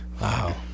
Wow